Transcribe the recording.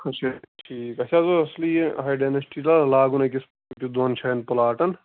اَچھا ٹھیٖک اَسہِ حظ اوس اَصلی یہِ ہاے ڈایٚنسٹی حظ لاگُن أکِس دۄن جایَن پُلاٹَن